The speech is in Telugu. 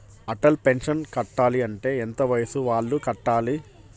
అటల్ పెన్షన్ కట్టాలి అంటే ఎంత వయసు వాళ్ళు కట్టాలి?